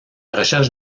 recherche